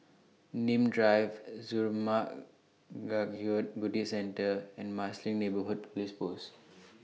Nim Drive Zurmang Kagyud Buddhist Centre and Marsiling Neighbourhood Police Post